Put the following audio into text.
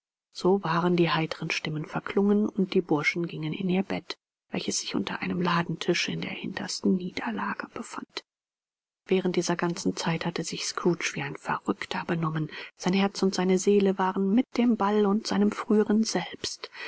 so waren die heitern stimmen verklungen und die burschen gingen in ihr bett welches sich unter einem ladentisch in der hintersten niederlage befand während dieser ganzen zeit hatte sich scrooge wie ein verrückter benommen sein herz und seine seele waren mit dem ball und seinem früheren selbst